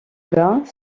bas